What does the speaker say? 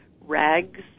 rags